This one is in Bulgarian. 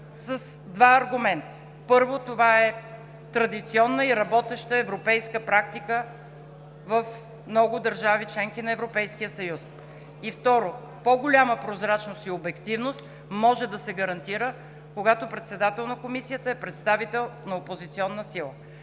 с два аргумента: първо, това е традиционна и работеща европейска практика в много държави – членки на Европейския съюз, и, второ, по-голяма прозрачност и обективност може да се гарантира, когато председател на Комисията е представител на опозиционна сила.